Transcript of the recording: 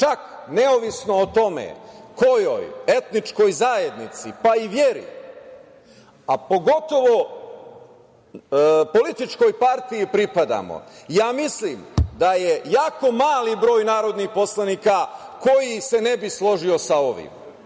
čak neovisno o tome kojoj etničkoj zajednici, pa i veri, a pogotovo političkoj partiji pripadamo. Ja mislim da je jako mali broj narodnih poslanika koji se ne bi složio sa ovim,